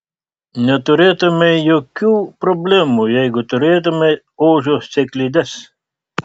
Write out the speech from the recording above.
neturėtumei jokių problemų jeigu turėtumei ožio sėklides